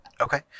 Okay